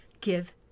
give